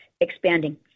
expanding